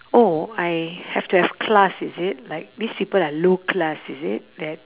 oh I have to have class is it like these people have no class is it that